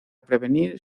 prevenir